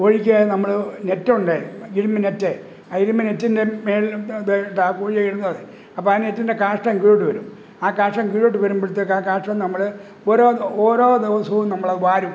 കോഴിക്കേ നമ്മൾ നെറ്റ് ഉണ്ടേ ഇരുമ്പ് നെറ്റേ അതിലുമ്മേ നെറ്റിന്റെ മേൾ ലായിട്ടാണ് കോഴിയെ ഇടുന്നത് അപ്പോൾ ആ നെറ്റിന്റെ കാഷ്ഠം കീഴോട്ട് വരും ആ കാഷ്ഠം കീഴോട്ട് വരുമ്പോഴത്തേക്ക് ആ കാഷ്ഠം നമ്മൾ ഓരോ ഓരോ ദിവസവും നമ്മളത് വാരും